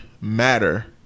matter